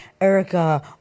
Erica